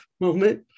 moment